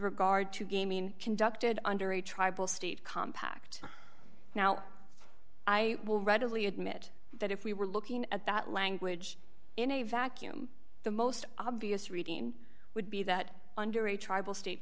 regard to gaming conducted under a tribal state compact now i will readily admit that if we were looking at that language in a vacuum the most obvious reading would be that under a tribal state